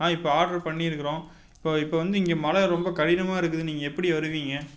ஆ இப்போ ஆட்ரு பண்ணியிருக்குறோம் இப்போ இப்போ வந்து இங்கே மழை ரொம்ப கடினமாயிருக்குது நீங்கள் எப்படி வருவீங்க